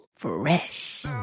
Fresh